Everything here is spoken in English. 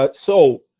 but so,